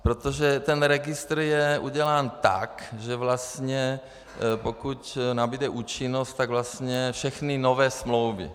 Protože ten registr je udělán tak, že vlastně pokud nabude účinnost, tak budou účinné všechny nové smlouvy.